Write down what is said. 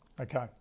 Okay